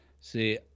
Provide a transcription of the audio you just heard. See